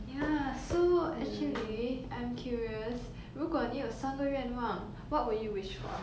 ya so actually I'm curious 如果你有三个愿望 what would you wish for